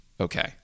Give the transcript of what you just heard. okay